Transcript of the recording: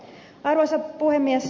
arvoisa puhemies